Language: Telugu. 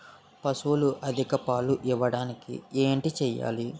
పశువులు అధిక పాలు ఇవ్వడానికి ఏంటి చేయాలి